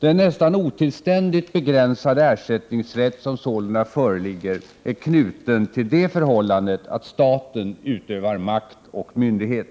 Den nästan otillständigt begränsade ersättningsrätt som sålunda föreligger är knuten till det förhållandet att staten utövar makt och myndighet.